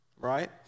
Right